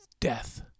death